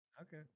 Okay